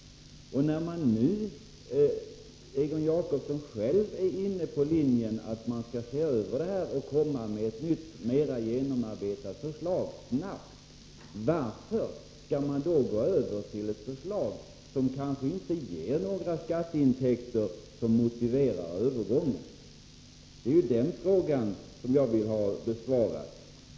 Egon Jacobsson är nu själv inne på tanken att man skall se över det här och snabbt framlägga ett nytt och mera genomarbetat förslag. Varför skall man då gå över till en ordning som kanske inte ger några skatteintäkter som motiverar övergången? Den frågan vill jag ha besvarad.